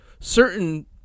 certain